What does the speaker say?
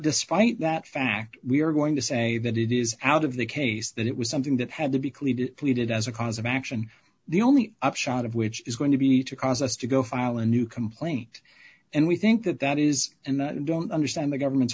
despite that fact we are going to say that it is out of the case that it was something that had to be cleaned pleaded as a cause of action the only upshot of which is going to be to cause us to go file a new complaint and we think that that is and i don't understand the government's